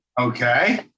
Okay